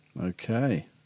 okay